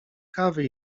kawy